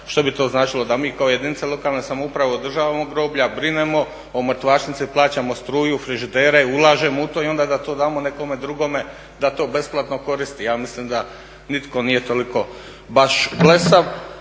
Što bi to značilo, da mi kao jedinice lokalne samouprave održavamo groblja, brinemo o mrtvačnici, plaćamo struju, frižidere, ulažemo u to i onda da to damo nekome drugome da to besplatno koristi. Ja mislim da nitko nije toliko baš blesav.